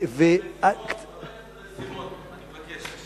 חבר הכנסת בן-סימון, אני מבקש.